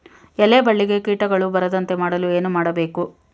ಎಲೆ ಬಳ್ಳಿಗೆ ಕೀಟಗಳು ಬರದಂತೆ ಮಾಡಲು ಏನು ಮಾಡಬೇಕು?